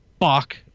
fuck